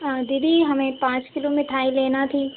हाँ दीदी हमें पाँच किलो मिठाई लेना थी